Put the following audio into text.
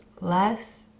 less